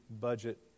budget